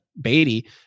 Beatty